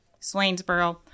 Swainsboro